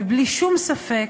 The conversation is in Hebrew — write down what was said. ובלי שום ספק,